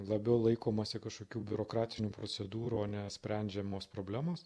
labiau laikomasi kažkokių biurokratinių procedūrų o ne sprendžiamos problemos